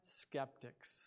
skeptics